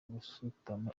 gasutamo